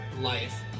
life